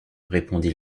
répondit